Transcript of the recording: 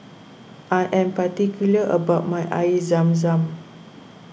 I am particular about my Air Zam Zam